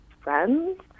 friends